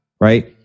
Right